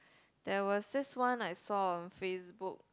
there was this one I saw on Facebook